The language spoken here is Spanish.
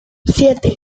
siete